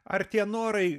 ar tie norai